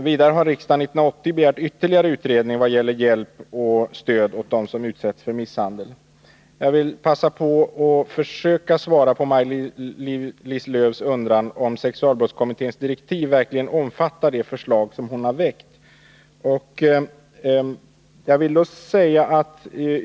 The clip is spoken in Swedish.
Vidare har riksdagen 1980 begärt ytterligare utredning beträffande hjälp och stöd åt dem som utsätts för misshandel. Jag vill passa på att försöka svara på Maj-Lis Lööws undran om sexualbrottskommitténs direktiv verkligen omfattar det förslag som hon har väckt.